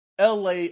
la